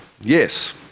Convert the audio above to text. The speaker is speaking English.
Yes